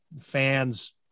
fans